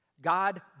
God